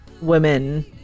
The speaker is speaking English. women